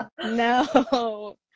No